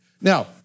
Now